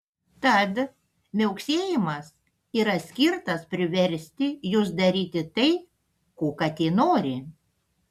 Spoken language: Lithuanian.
tad miauksėjimas yra skirtas priversti jus daryti tai ko katė nori